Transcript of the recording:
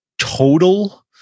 total